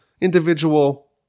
individual